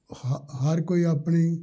ਹ ਹਰ ਕੋਈ ਆਪਣੀ